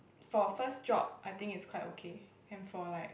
for first job I think it's quite okay and for like